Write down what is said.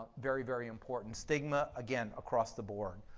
very, very important. stigma, again, across the board.